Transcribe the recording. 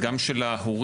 גם של ההורים